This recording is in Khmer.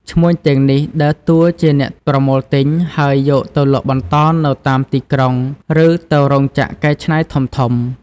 ឈ្មួញទាំងនេះដើរតួជាអ្នកប្រមូលទិញ ហើយយកទៅលក់បន្តនៅតាមទីក្រុង ឬទៅរោងចក្រកែច្នៃធំៗ។